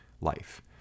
life